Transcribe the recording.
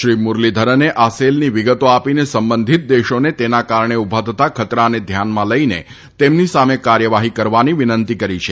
શ્રી મુરલીધરને આ સેલની વિગતો આપીને સંબંધિત દેશોને તેના કારણે ઉભા થતાં ખતરાને ધ્યાનમાં લઇને તેમની સામે કાર્યવાહી કરવાની વિનંતી કરી છે